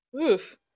Oof